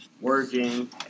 Working